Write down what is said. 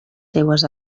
seues